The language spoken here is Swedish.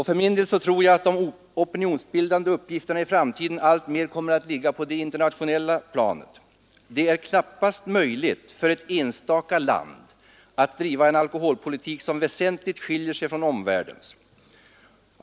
För min del tror jag att de opinionsbildande uppgifterna i framtiden alltmer kommer att ligga på det internationella planet. Det är knappast möjligt för ett enstaka land att driva en alkoholpolitik som väsentligt skiljer sig från omvärldens.